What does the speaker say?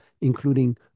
including